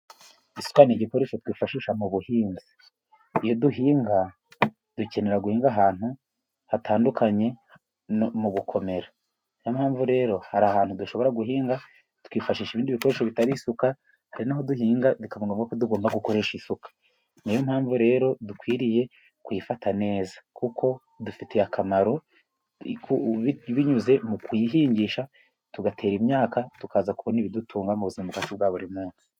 Isuka ni igikoresho twifashisha mu buhinzi. Iyo duhinga dukenera guhinga ahantu hatandukanye mu gukomera. Ni yo mpamvu rero hari ahantu dushobora guhinga tukifashisha ibindi bikoresho bitari isuka. Hari aho duhinga bikaba ngombwa ko tugomba gukoresha isuka. Ni yo mpamvu rero dukwiriye kuyifata neza, kuko idufitiye akamaro binyuze mu kuyihingisha, tugatera imyaka tukaza kubona ibidutunga mu buzima bwacu bwa buri munsi.